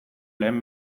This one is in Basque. lehen